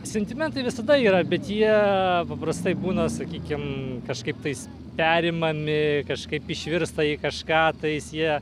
sentimentai visada yra bet jie paprastai būna sakykim kažkaip tais perimami kažkaip išvirsta į kažką tais jie